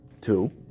two